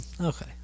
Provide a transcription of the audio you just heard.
Okay